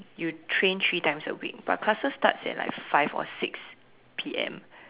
you train three times a week but classes starts at like five or six P_M